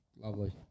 Lovely